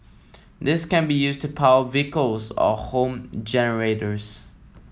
this can be used to power vehicles or home generators